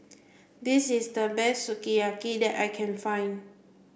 this is the best Sukiyaki that I can find